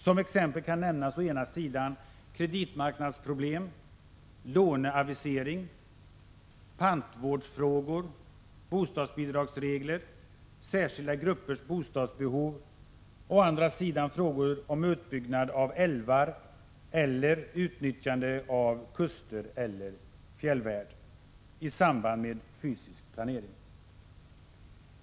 Som exempel kan nämnas å ena sidan kreditmarknadsproblem, låneavisering, pantvårdsfrågor, bostadsbidragsregler, särskilda gruppers bostadsbehov och å andra sidan frågor om utbyggnad av älvar eller utnyttjande av kuster eller fjällvärld i samband med fysisk planering.